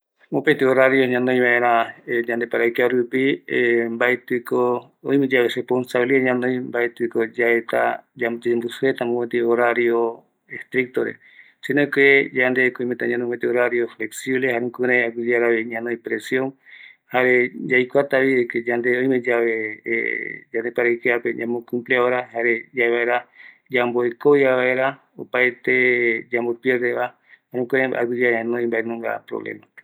mopeti horario ñanoivaera yande paravikiarupi, mbaetikoo, oime yave responsabilidad ñanoï, mbaetïko yaeta, yayembo sujeta möpëtï horario esctrictore, si no que oimeta ñanoi mopeti horario flexible, jare jukurai aguiyearavi ñanoi presion, jare yaikuatavi de que yande oime yave yande paraïkiape yambo cumplia hora jare yaevaera, yamboekovia vaera opaete yambo pierdeva, jukurai aguiyeara ñanoi mbaenunga problema.